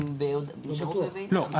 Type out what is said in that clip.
--- לא.